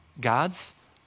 God's